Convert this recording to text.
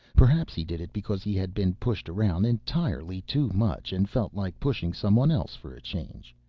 perhaps he did it because he had been pushed around entirely too much and felt like pushing someone else for a change.